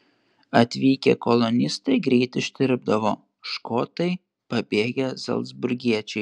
atvykę kolonistai greit ištirpdavo škotai pabėgę zalcburgiečiai